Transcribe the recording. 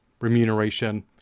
remuneration